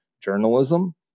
journalism